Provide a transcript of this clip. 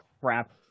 Crap